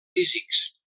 físics